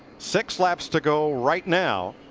six haps to go right now.